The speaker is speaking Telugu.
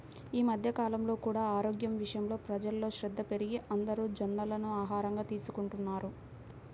ఈ మధ్య కాలంలో కూడా ఆరోగ్యం విషయంలో ప్రజల్లో శ్రద్ధ పెరిగి అందరూ జొన్నలను ఆహారంగా తీసుకుంటున్నారు